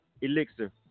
Elixir